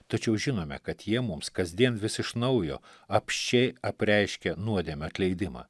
tačiau žinome kad jie mums kasdien vis iš naujo apsčiai apreiškia nuodėmių atleidimą